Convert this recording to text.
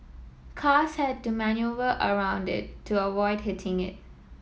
cars had to manoeuvre around it to avoid hitting it